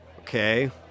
okay